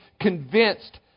convinced